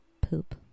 poop